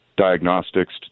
diagnostics